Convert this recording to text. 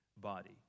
body